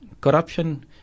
corruption